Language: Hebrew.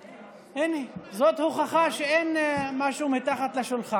הינה, זאת הוכחה שאין משהו מתחת לשולחן.